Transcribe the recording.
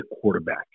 quarterback